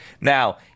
Now